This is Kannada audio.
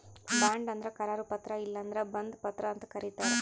ಬಾಂಡ್ ಅಂದ್ರ ಕರಾರು ಪತ್ರ ಇಲ್ಲಂದ್ರ ಬಂಧ ಪತ್ರ ಅಂತ್ ಕರಿತಾರ್